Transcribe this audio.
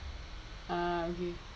ah okay